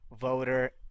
voter